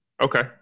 Okay